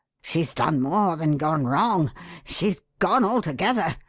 she's done more than gone wrong' she's gone altogether!